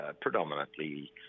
predominantly